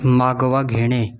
मागोवा घेणे